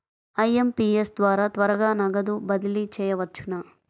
IMPS ద్వారా త్వరగా నగదు బదిలీ చేయవచ్చునా?